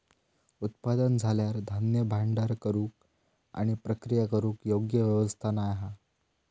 उत्पादन झाल्यार धान्य भांडार करूक आणि प्रक्रिया करूक योग्य व्यवस्था नाय हा